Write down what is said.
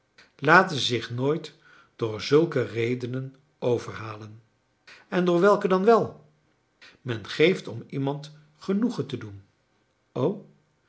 laten zich nooit door zulke redenen overhalen en door welke dan wel men geeft om iemand genoegen te doen o